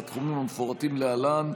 לתחומים המפורטים להלן,